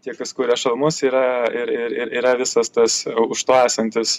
tie kas kuria šalmus yra ir ir ir yra visas tas už to esantis